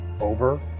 over